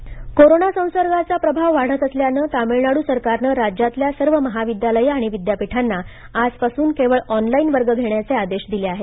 Tamil Nadu corona corona संसर्गाचा प्रभाव वाढत असल्यानं तामिळनाडू सरकारनं राज्यातल्या सर्व महाविद्यालये आणि विद्यापीठांना आजपासून केवळ ऑनलाइन वर्ग घेण्याचे आदेश दिले आहेत